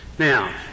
Now